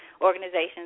organizations